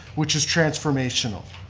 which is transformational.